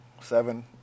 seven